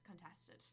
contested